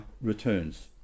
returns